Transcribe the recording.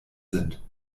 sind